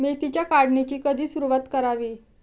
मेथीच्या काढणीची कधी सुरूवात करावी?